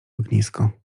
ognisko